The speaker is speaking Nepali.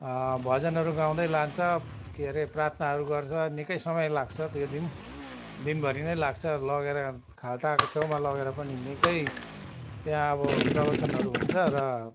भजनहरू गाउँदै लान्छ के अरे प्रार्थनाहरू गर्छ निकै समय लाग्छ त्यो दिन दिनभरि नै लाग्छ लगेर खाल्टाको छेउमा लगेर पनि निकै त्यहाँ अब प्रवचनहरू हुन्छ र